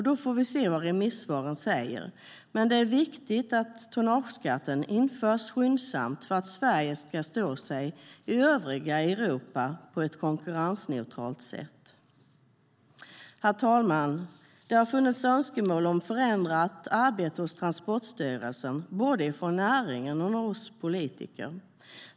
Då får vi se vad remissvaren säger. Men det viktigt att tonnageskatten införs skyndsamt, för att Sverige ska stå sig i övriga Europa på ett konkurrensneutralt sätt. Herr talman! Det har funnits önskemål om ett förändrat arbete hos Transportstyrelsen, både från näringen och från oss politiker.